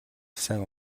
сайн